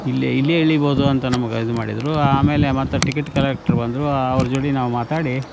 ಇಲ್ಲೆ ಇಲ್ಲೆ ಇಳಿಬೋದು ಅಂತ ನಮ್ಗೆ ಇದು ಮಾಡಿದರು ಆಮೇಲೆ ಮತ್ತೆ ಟಿಕೆಟ್ ಕಲೆಕ್ಟ್ರ್ ಬಂದರು ಅವ್ರ ಜೋಡಿ ನಾವು ಮಾತಾಡಿ